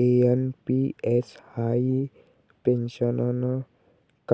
NPS हाई पेन्शननं